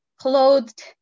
clothed